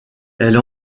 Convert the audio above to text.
elle